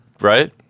right